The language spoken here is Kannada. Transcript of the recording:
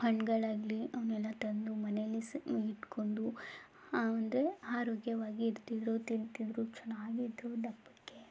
ಹಣ್ಣುಗಳಾಗ್ಲಿ ಅವನ್ನೆಲ್ಲ ತಂದು ಮನೆಯಲ್ಲಿ ಸ್ ಇಟ್ಟುಕೊಂಡು ಅಂದರೆ ಆರೋಗ್ಯವಾಗಿ ಇರ್ತಿದ್ರು ತಿಂತಿದ್ದರು ಚೆನ್ನಾಗಿದ್ರು ದಪ್ಪಕ್ಕೆ